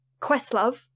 Questlove